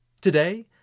Today